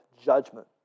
judgment